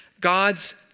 God's